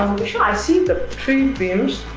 michelle, i see the three beams,